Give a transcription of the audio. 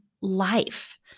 Life